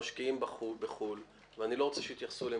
שמשקיעים בחו"ל ואני לא רוצה שיתייחסו אליהם